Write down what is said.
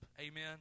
amen